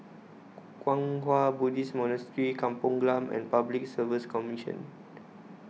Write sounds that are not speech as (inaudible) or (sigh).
(unintelligible) Kwang Hua Buddhist Monastery Kampong Glam and Public Service Commission